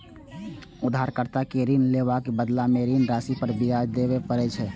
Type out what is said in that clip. उधारकर्ता कें ऋण लेबाक बदला मे ऋण राशि पर ब्याज देबय पड़ै छै